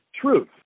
truth